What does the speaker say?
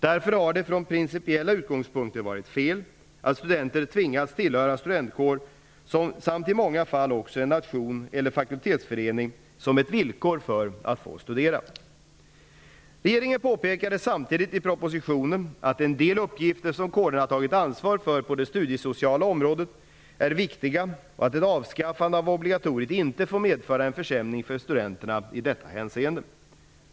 Därför har det från principiella utgångspunkter varit fel att studenter tvingats tillhöra studentkår samt i många fall också en nation eller fakultetsförening som ett villkor för att få studera. Regeringen påpekade samtidigt i propositionen att en del uppgifter, som kårerna tagit ansvar för på det studiesociala området, är viktiga och att ett avskaffande av obligatoriet inte får medföra en försämring för studenterna i detta avseende.